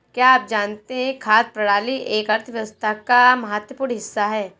क्या आप जानते है खाद्य प्रणाली एक अर्थव्यवस्था का महत्वपूर्ण हिस्सा है?